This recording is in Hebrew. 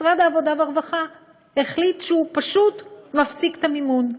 משרד העבודה והרווחה החליט שהוא פשוט מפסיק את המימון.